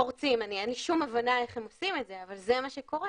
פורצים - אין לי שום הבנה איך הם עושים את זה אבל זה מה שקורה